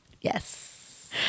Yes